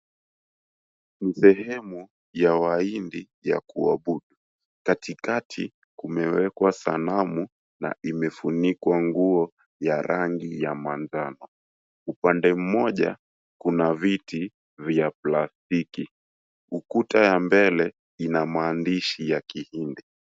Ni sehemu ya Wahindi ya kuabudu. Katikati kumewekwa sanamu na imefunikwa nguo ya rangi ya manjano. Upande mmoja kuna viti vya plastiki. Ukuta ya mbele ina maandishi ya kihindi.